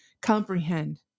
comprehend